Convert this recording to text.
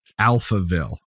Alphaville